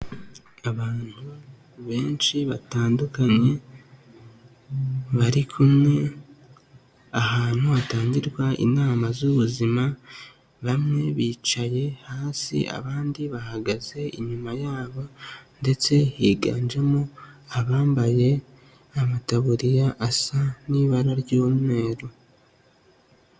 Abantu benshi batandukanye, barikumwe ahantu hatangirwa inama z'ubuzima, bamwe bicaye hasi, abandi bahagaze inyuma yabo ndetse higanjemo abambaye amataburiya asa n'ibara ry'umweru.